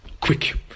quick